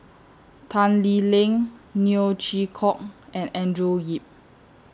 Tan Lee Leng Neo Chwee Kok and Andrew Yip